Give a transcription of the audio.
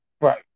Right